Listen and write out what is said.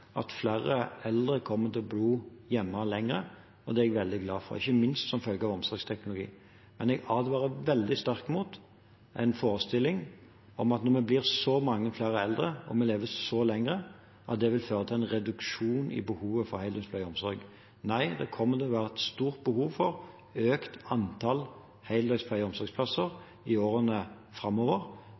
at flere eldre kommer til å bo hjemme lenger – det er jeg veldig glad for – ikke minst som følge av omsorgsteknologi. Men jeg advarer veldig sterkt mot en forestilling om at når vi blir så mange flere eldre og lever så mye lenger, vil det føre til en reduksjon i behovet for heldøgns pleie og omsorg. Nei, det kommer til å være et stort behov for økt antall heldøgns pleie- og omsorgsplasser i årene framover.